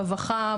רווחה,